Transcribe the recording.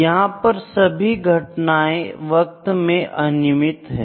यहां पर सभी घटनाएं वक्त में अनियमित हैं